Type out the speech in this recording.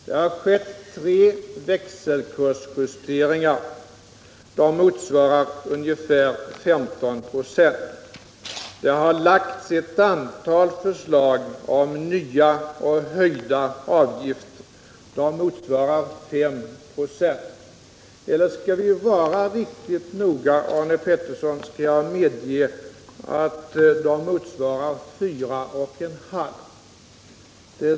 Det har skett tre växelkursjusteringar. Det motsvarar ungefär 15 26. Socialdemokraterna har lagt fram ewt antal förslag om nya och höjda avgifter. Det motsvarar 5 ?ö — om vi skall vara riktigt noga. Arne Pettersson, skall jag medge att det motsvarar 4,5 96.